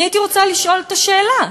אני הייתי רוצה לשאול את השאלה,